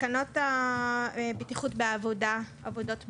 תקנות הבטיחות בעבודה, עבודות בנייה,